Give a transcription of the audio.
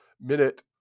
minute